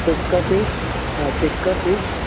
टिका फ़िश हाँ टिका फ़िश